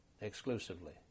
exclusively